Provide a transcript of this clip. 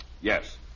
yes